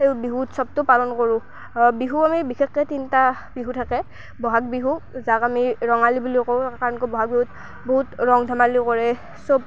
এই বিহু উৎসৱটো পালন কৰোঁ বিহু আমি বিশেষকৈ তিনিটা বিহু থাকে বহাগ বিহু যাক আমি ৰঙালী বুলিও কওঁ কাৰণ কিয় বহাগ বিহুত বহুত ৰং ধেমালিও কৰে চব